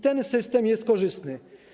Ten system jest korzystny.